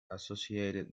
associated